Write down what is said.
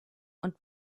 und